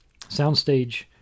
soundstage